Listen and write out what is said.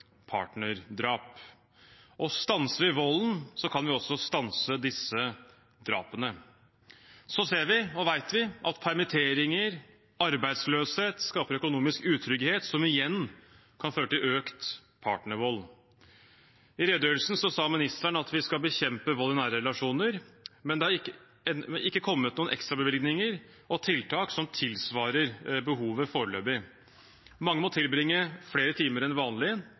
partnerdrap. Stanser vi volden, kan vi også stanse disse drapene. Så ser vi og vet vi at permitteringer og arbeidsløshet skaper økonomisk utrygghet, som igjen kan føre til økt partnervold. I redegjørelsen sa ministeren at vi skal bekjempe vold i nære relasjoner, men det har foreløpig ikke kommet noen ekstrabevilgninger og tiltak som tilsvarer behovet. Mange må tilbringe flere timer enn vanlig